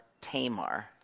Tamar